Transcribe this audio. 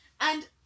and-